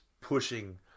pushing